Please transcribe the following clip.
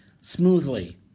smoothly